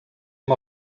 amb